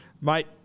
Mate